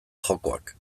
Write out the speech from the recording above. jokoak